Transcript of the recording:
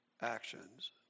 actions